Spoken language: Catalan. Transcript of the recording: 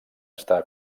està